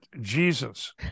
Jesus